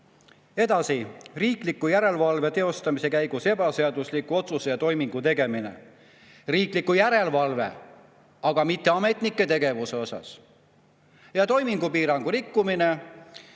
Edasi, riikliku järelevalve teostamise käigus ebaseadusliku otsuse ja toimingu tegemine. Riikliku järelevalve, aga mitte ametnike tegevuse suhtes. Ja toimingupiirangu rikkumine,